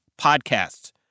podcasts